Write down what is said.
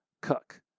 cook